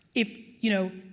if, you know,